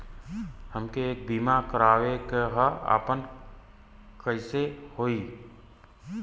हमके एक बीमा करावे के ह आपन कईसे होई?